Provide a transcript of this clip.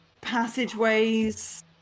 passageways